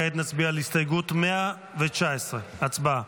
כעת נצביע על הסתייגות 119. הצבעה.